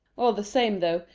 all the same, though,